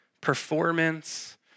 performance